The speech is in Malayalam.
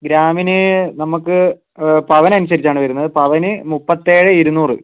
ഗ്രാമിന് നമുക്ക് പവനനുസരിച്ചാണ് വരുന്നത് പവന് മുപ്പത്തേഴേ ഇരുന്നൂറ്